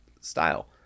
style